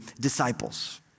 disciples